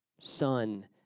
Son